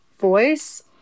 voice